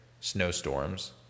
snowstorms